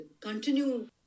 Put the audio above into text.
continue